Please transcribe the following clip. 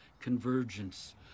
convergence